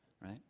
Right